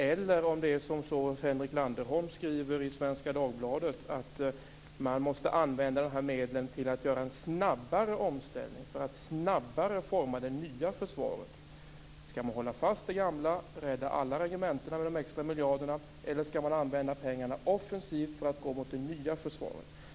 Eller är det så som Henrik Landerholm skriver i Svenska Dagbladet, nämligen att man måste använda de här medlen till att göra en snabbare omställning för att snabbare forma det nya försvaret? Skall man alltså hålla fast vid det gamla och rädda alla regementen med de extra miljarderna eller skall man använda pengarna offensivt för att gå mot det nya försvaret?